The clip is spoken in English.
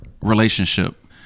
relationship